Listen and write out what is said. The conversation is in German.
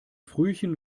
frühchen